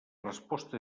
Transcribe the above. resposta